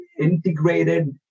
integrated